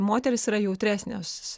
moterys yra jautresnės